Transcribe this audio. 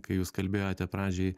kai jūs kalbėjote pradžioj